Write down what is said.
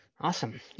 awesome